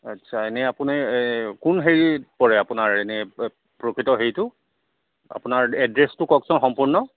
আচ্ছা এনেই আপুনি এই কোন হেৰিত পৰে আপোনাৰ এনেই প্ৰকৃত হেৰিটো আপোনাৰ এড্ৰেছটো কওকচোন সম্পূৰ্ণ